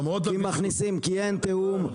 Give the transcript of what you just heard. כי אין תיאום.